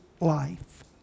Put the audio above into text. life